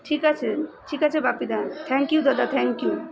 ঠিক আছে ঠিক আছে বাপিদা থ্যাঙ্ক ইউ দাদা থ্যাঙ্ক ইউ